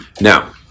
Now